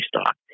stock